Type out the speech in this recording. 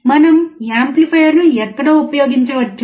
మనము యాంప్లిఫైయర్ను ఎక్కడ ఉపయోగించవచ్చు